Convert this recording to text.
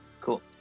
Cool